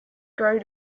grow